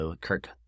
Kirk